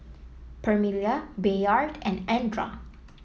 Permelia Bayard and Andra